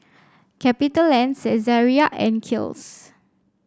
Capitaland Saizeriya and Kiehl's